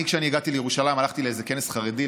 כשאני הגעתי לירושלים, הלכתי לאיזה כנס חרדי.